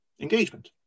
engagement